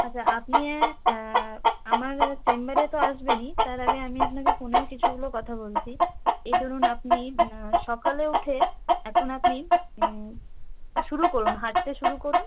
আচ্ছা আপনি আমার চেম্বারে তো আসবেনই তার আগে আমি আপনাকে ফোনেও কিছুগুলো কথা বলছি এই ধরুন আপনি সকালে উঠে এখন আপনি শুরু করুন হাঁটতে শুরু করুন